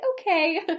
okay